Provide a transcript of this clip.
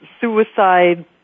suicide